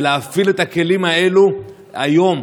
ולהפעיל את הכלים האלה היום,